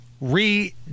re